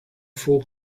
fool